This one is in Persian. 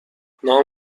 نام